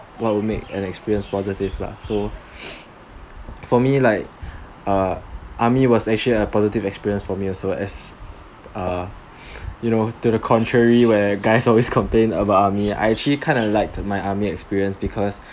what would make an experience positive lah so for me like uh army was actually a positive experience for me also as uh you know to the contrary where guys always complain about army I actually kinda liked my army experience because